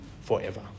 forever